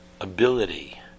ability